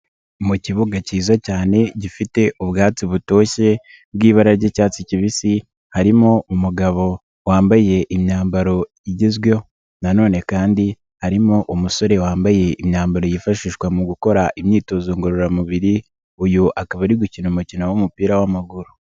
Mu kibuga cyiza cyane gifite ubwatsi butoshye bw'ibara ry'icyatsi kibisi, harimo umugabo wambaye imyambaro igezweho, nanone kandi harimo umusore wambaye imyambaro yifashishwa mu gukora imyitozo ngororamubiri, uyu akaba ari gukina umukino w'umupira w'amaguru.